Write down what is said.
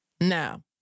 Now